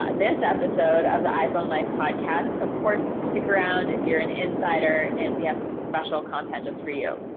ah this episode of the iphone life podcast. of course stick around if you're an insider and we have some special content just for you.